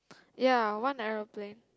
ya one aeroplane